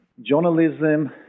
journalism